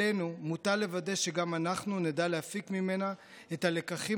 עלינו מוטל לוודא שגם אנחנו נדע להפיק ממנה את הלקחים